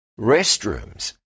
restrooms